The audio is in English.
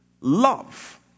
love